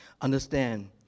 Understand